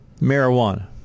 marijuana